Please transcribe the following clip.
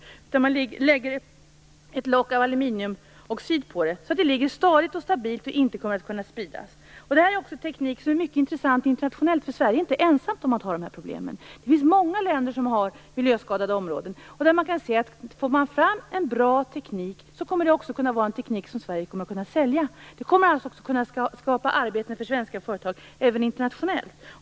I stället lägger man på ett lock av aluminiumoxid, så att det ligger stadigt och stabilt och inte kan spridas. Den här tekniken är också mycket intressant internationellt. Sverige är ju inte ensamt om att ha de här problemen. Det finns många länder som har miljöskadade områden. Får vi fram en bra teknik i Sverige kommer vi också att kunna sälja den. Det kan alltså skapa arbeten för svenska företag även internationellt.